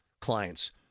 clients